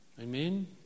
Amen